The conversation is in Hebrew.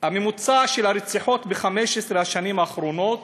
הממוצע של הרציחות ב-15 השנים האחרונות,